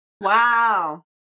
Wow